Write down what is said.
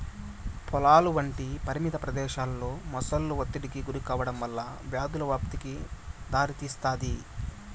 పొలాలు వంటి పరిమిత ప్రదేశాలలో మొసళ్ళు ఒత్తిడికి గురికావడం వల్ల వ్యాధుల వ్యాప్తికి దారితీస్తాది